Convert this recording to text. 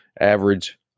average